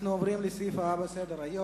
אנחנו עוברים לסעיף הבא בסדר-היום: